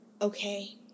Okay